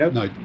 no